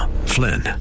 Flynn